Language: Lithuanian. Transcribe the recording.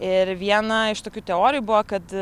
ir viena iš tokių teorijų buvo kad